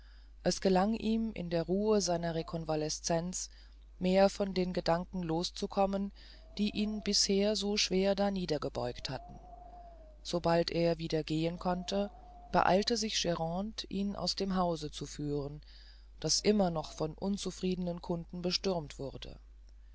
es gelang ihm in der ruhe seiner reconvalescenz mehr von den gedanken loszukommen die ihn bisher so schwer darniedergebeugt hatten sobald er wieder gehen konnte beeilte sich grande ihn aus dem hause zu führen das noch immer von unzufriedenen kunden bestürmt wurde